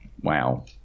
Wow